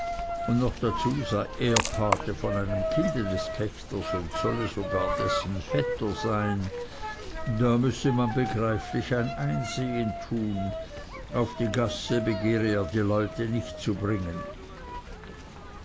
und noch dazu sei er götti von einem kinde des pächters und solle sogar dessen vetter sein da müsse man begreiflich ein einsehen tun auf die gasse begehre er die leute nicht zu bringen